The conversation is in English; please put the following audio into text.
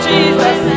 Jesus